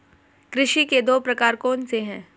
कृषि के दो प्रकार कौन से हैं?